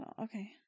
Okay